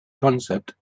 concept